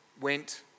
went